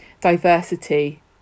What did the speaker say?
diversity